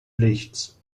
lichts